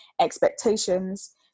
expectations